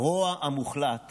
הרוע המוחלט